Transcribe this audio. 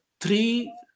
three